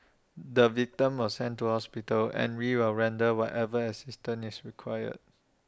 the victim was sent to hospital and we will render whatever assistance is required